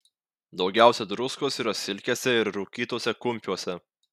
daugiausia druskos yra silkėse ir rūkytuose kumpiuose